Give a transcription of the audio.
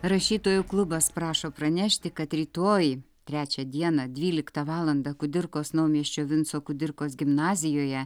rašytojų klubas prašo pranešti kad rytoj trečią dieną dvyliktą valandą kudirkos naumiesčio vinco kudirkos gimnazijoje